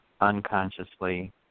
unconsciously